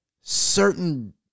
certain